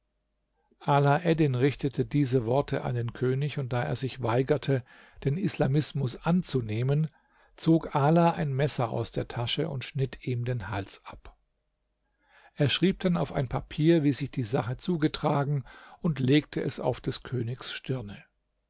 eddin richtete diese worte an den könig und da er sich weigerte den islamismus anzunehmen zog ala ein messer aus der tasche und schnitt ihm den hals ab er schrieb dann auf ein papier wie sich die sache zugetragen und legte es auf des königs stirne